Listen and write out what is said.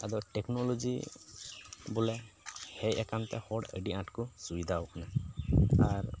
ᱟᱫᱚ ᱴᱮᱠᱱᱳᱞᱳᱡᱤ ᱵᱚᱞᱮ ᱦᱮᱡ ᱟᱠᱟᱱᱛᱮ ᱦᱚᱲ ᱟᱹᱰᱤ ᱟᱸᱴ ᱠᱚ ᱥᱩᱵᱤᱫᱟᱣ ᱠᱟᱱᱟ ᱟᱨ